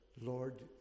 Lord